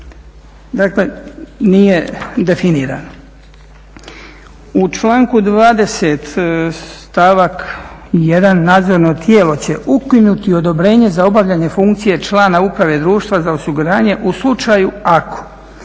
Dakle nije definirano. U članku 20.stavak 1.nadozrno tijelo će ukinuti odobrenje za obavljanje funkcije člana Uprave društva za osiguranje u slučaju ako